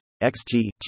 xt